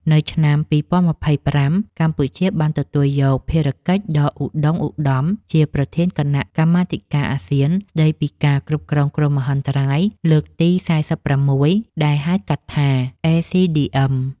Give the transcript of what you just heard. នៅឆ្នាំ ២០២៥ កម្ពុជាបានទទួលយកភារកិច្ចដ៏ឧត្តុង្គឧត្តមជាប្រធានគណៈកម្មាធិការអាស៊ានស្តីពីការគ្រប់គ្រងគ្រោះមហន្តរាយលើកទី៤៦ ដែលហៅកាត់ថា ACDM។